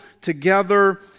together